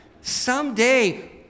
someday